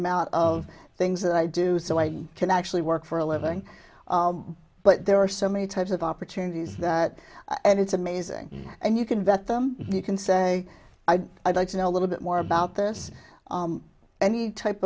amount of things that i do so i can actually work for a living but there are so many types of opportunities that and it's amazing and you can vet them you can say i'd like to know a little bit more about this any type